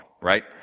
right